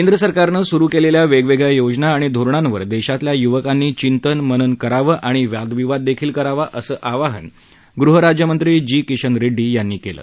केंद्र सरकारनं सुरू केलेल्या वेगवेगळया योजना आणि धोरणावर देशातल्या युवकांनी चिंतन मनन करावं आणि वादविवाद देखील करावा असं आवाहन गृहाराज्यमंत्री जी किशन रेङ्डी यांनी केलं